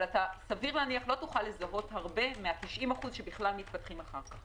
אבל סביר להניח שלא תוכל לזהות הרבה מה-90% שבכלל מתפתחים אחר כך.